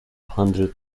hundred